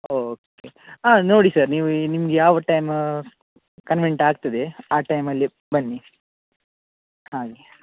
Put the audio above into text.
okay ಹಾಂ ನೋಡಿ sir ನೀವು ನಿಮ್ಗೆ ಯಾವ ಟೈಮ್ ಕನ್ವೆಂಟ್ ಆಗ್ತದೆ ಆ ಟೈಮಲ್ಲಿ ಬನ್ನಿ ಹಾಗೆ